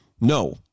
No